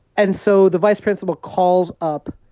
and so the vice principal calls up